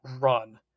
run